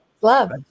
Love